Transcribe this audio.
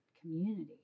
community